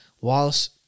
Whilst